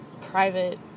private